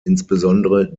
insbesondere